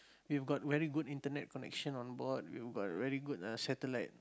you've got very good internet connection on board you got very good uh satellite